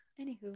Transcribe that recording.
anywho